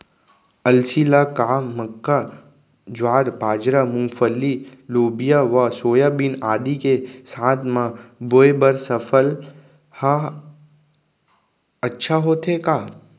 अलसी ल का मक्का, ज्वार, बाजरा, मूंगफली, लोबिया व सोयाबीन आदि के साथ म बोये बर सफल ह अच्छा होथे का?